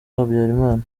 habyarimana